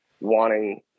wanting